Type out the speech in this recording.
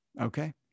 Okay